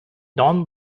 non